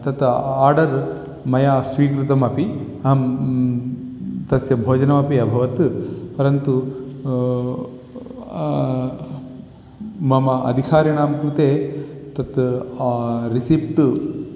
तत् आडर् मया स्वीकृतमपि अहं तस्य भोजनमपि अभवत् परन्तु मम अधिकारिणां कृते तत् रिसिप्ट्